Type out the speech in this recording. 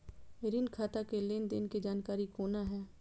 ऋण खाता के लेन देन के जानकारी कोना हैं?